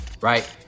right